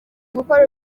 gukora